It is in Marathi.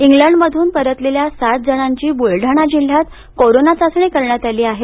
इंग्लंडमधून परतलेल्या सात जणांची बुलडाणा जिल्ह्यात कोरोना चाचणी करण्यात आली आहे